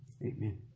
amen